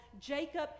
Jacob